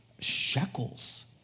shekels